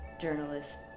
journalist